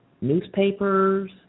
newspapers